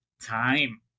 time